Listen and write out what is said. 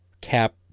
cap